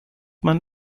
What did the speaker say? man